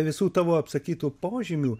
visų tavo apsakytų požymių